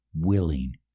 willing